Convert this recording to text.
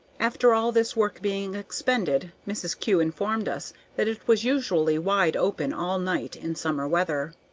after all this work being expended, mrs. kew informed us that it was usually wide open all night in summer weather.